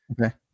Okay